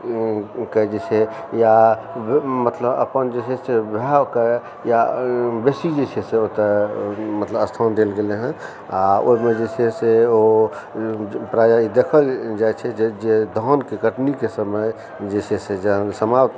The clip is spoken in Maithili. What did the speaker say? के छै या मतलब अपन जे छै से भाय ओकर या बेसी जे छै से ओकरा स्थान देल गेलनि हँ ओहिमे जे छै से ओ प्रायः ई देखल जाइ छै जे धानकेँ कटनीके समय जे छै से जहन समाप्त